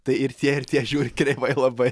tai ir tie ir tie žiūri kreivai labai